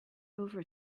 over